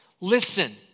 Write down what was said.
Listen